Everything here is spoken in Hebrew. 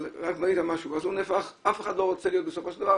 אבל הוא נהפך אף אחד לא רוצה להיות בסופו של דבר